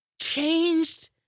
changed